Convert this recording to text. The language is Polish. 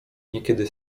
niekiedy